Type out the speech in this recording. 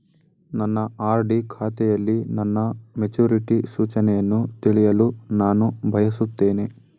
ನನ್ನ ಆರ್.ಡಿ ಖಾತೆಯಲ್ಲಿ ನನ್ನ ಮೆಚುರಿಟಿ ಸೂಚನೆಯನ್ನು ತಿಳಿಯಲು ನಾನು ಬಯಸುತ್ತೇನೆ